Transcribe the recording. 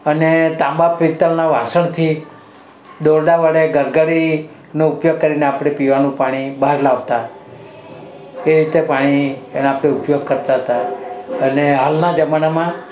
અને તાંબા પિત્તળનાં વાસણથી દોરડા વડે ગરગડીનું ઉપયોગ કરીને આપણે પીવાનું પાણી બહાર લાવતા એ રીતે પાણી એને આપણે ઉપયોગ કરતા તા અને હાલના જમાનામાં